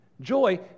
Joy